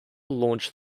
launch